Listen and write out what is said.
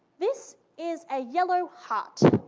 this is a yellow heart.